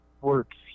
works